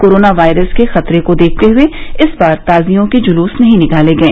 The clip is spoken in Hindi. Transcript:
कोरोना वायरस के खतरे को देखते हुए इस बार ताजियों के जुलूस नहीं निकाले गए